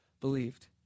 believed